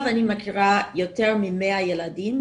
אני מכירה יותר מ-100 ילדים